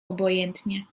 obojętnie